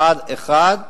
אחד-אחד,